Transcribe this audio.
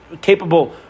capable